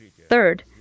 Third